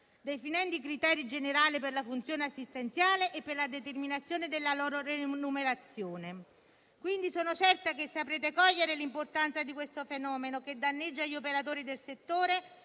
definendo i criteri generali per la funzione assistenziale e per la determinazione della loro remunerazione. Sono certa quindi che saprete cogliere l'importanza di questo fenomeno che danneggia gli operatori del settore